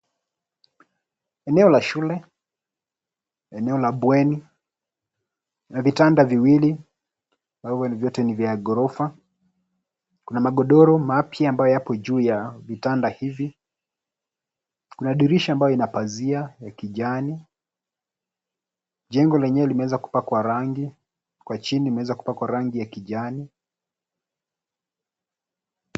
Eneo la shule, eneo la bweni. Kuna vitanda viwili ambavyo vyote ni vya ghorofa. Kuna magodoro mapya ambayo yapo juu ya vitanda hivi. Kuna dirisha ambayo ina pazia ya kijani. Jengo lenyewe limeweza kupakwa rangi. Kwa chini imeweza kupakwa rangi ya kijani.